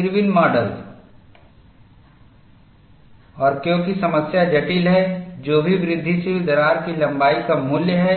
इरविनIrwin's model और क्योंकि समस्या जटिल है जो भी वृद्धिशील दरार की लंबाई का मूल्य है